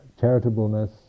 charitableness